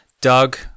Doug